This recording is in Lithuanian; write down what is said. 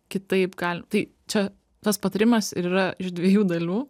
kitaip galim tai čia tas patarimas ir yra iš dviejų dalių